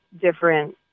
different